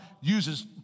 uses